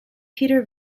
peter